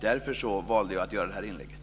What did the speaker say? Därför valde jag att göra det här inlägget.